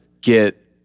get